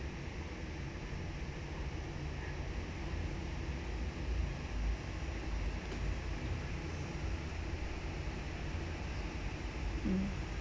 mm